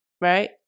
right